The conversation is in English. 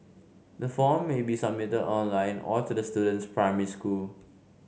the form may be submitted online or to the student's primary school